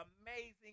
amazing